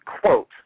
quote